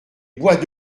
boit